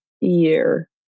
year